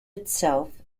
itself